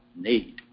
need